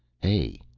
hey,